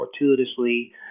fortuitously